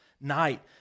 night